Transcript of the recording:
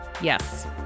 Yes